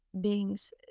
beings